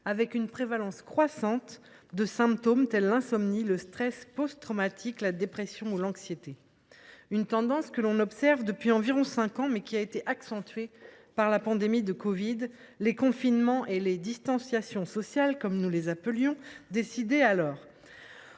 avec une prévalence croissante de symptômes comme l’insomnie, le stress post traumatique, la dépression ou l’anxiété. C’est une tendance que l’on observe depuis environ cinq ans, mais qui a été accentuée par la pandémie de covid 19, les confinements et les « distanciations sociales », comme nous les appelions, décidés alors.